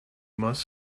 must